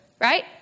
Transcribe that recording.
right